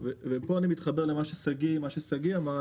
פה אני מתחבר למה ששגיא אמר.